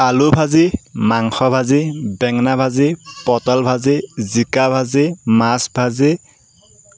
আলু ভাজি মাংস ভাজি বেঙেনা ভাজি পটল ভাজি জিকা ভাজি মাছ ভাজি